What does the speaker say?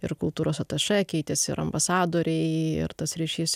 ir kultūros atašė keitėsi ir ambasadoriai ir tas ryšys